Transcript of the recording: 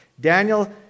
Daniel